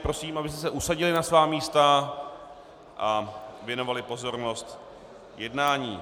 Prosím, abyste se usadili na svá místa a věnovali pozornost jednání.